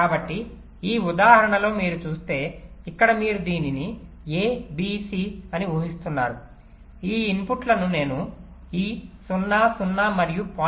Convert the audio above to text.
కాబట్టి ఈ ఉదాహరణలో మీరు చూస్తే ఇక్కడ మీరు దీనిని a b c హిస్తున్నారు ఈ ఇన్పుట్లను నేను ఈ 0 0 మరియు 0